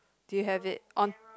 do you have it on